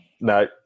no